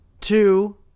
Two